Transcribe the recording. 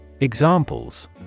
Examples